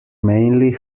mainly